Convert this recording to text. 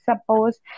suppose